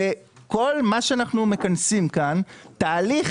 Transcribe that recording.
וכל מה שאנחנו מכנסים כאן הוא תהליך